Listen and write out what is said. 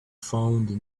found